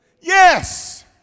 Yes